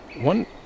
One